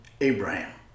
Abraham